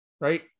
Right